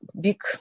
big